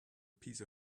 piece